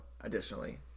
additionally